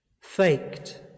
Faked